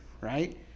right